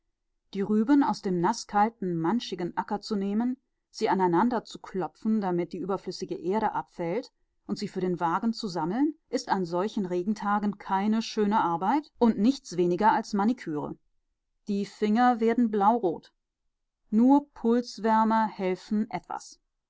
die rüben aus dem naßkalten manschigen acker zu nehmen sie aneinander zu klopfen damit überflüssige erde abfällt und sie für den wagen zu sammeln ist an solchen regentagen keine schöne arbeit und nichts weniger als manikure die finger werden blaurot nur pulswärmer helfen etwas